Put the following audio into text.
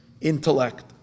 intellect